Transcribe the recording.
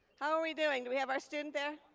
how are we doing? do we have our student there?